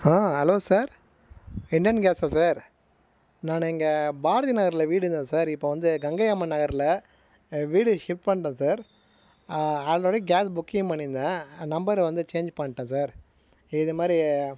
ஆ hello sir Indane கேஸா sir நான் இங்கே பாரதி நகரில் வீடு இருந்தேன் சார் இப்போ வந்து கங்கையம்மன் நகரில் வீடு ஷிஃப்ட் பண்ணுறேன் சார் ஆல்ரெடி கேஸ் புக்கிங் பண்ணியிருந்தேன் நம்பரை வந்து சேஞ்ச் பண்ணிட்டேன் சார் இதுமாதிரி